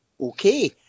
okay